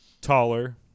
taller